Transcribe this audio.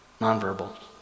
Nonverbal